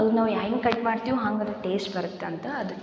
ಅವ್ನ ನಾವು ಹೆಂಗೆ ಕಟ್ ಮಾಡ್ತೀವಿ ಹೆಂಗದ ಟೇಸ್ಟ್ ಬರ್ತಂತ ಅದಕ್ಕೆ